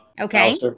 Okay